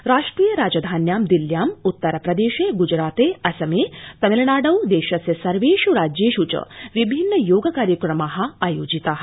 राष्ट्रिय राजधान्यां दिल्ल्यां उत्तरप्रदर्या ग्जराता असमात्रिमिलनाडौ दर्यस्थ सर्वेष् राज्यप्र च विभिन्न योग कार्यक्रमा आयोजिता